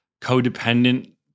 codependent